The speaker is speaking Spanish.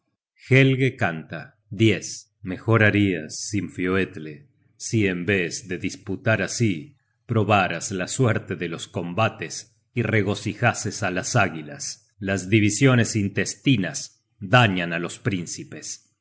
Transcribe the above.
google book search generated at mejor barias sinfioetle si en vez de disputar así probaras la suerte de los combates y regocijases á las águilas las divisiones intestinas dañan á los príncipes